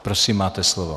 Prosím, máte slovo.